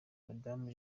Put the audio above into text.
madame